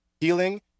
healing